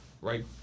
right